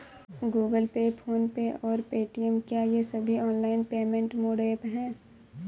Google Pay PhonePe और Paytm क्या ये सभी ऑनलाइन पेमेंट मोड ऐप हैं?